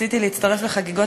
רציתי להצטרף לחגיגות